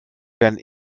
werden